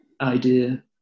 idea